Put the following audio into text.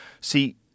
see